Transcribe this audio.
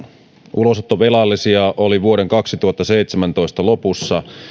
ulosottovelallisia oli vuoden kaksituhattaseitsemäntoista lopussa